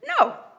No